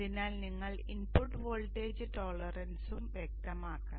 അതിനാൽ നിങ്ങൾ input voltage ടോളറൻസും വ്യക്തമാക്കണം